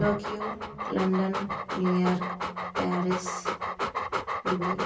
Tokyo London New York Paris Dubai